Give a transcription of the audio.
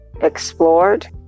explored